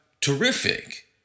terrific